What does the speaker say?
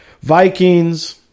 Vikings